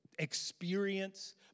experience